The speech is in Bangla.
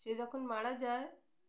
সে যখন মারা যায়